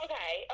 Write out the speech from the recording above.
Okay